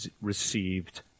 received